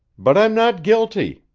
but i'm not guilty!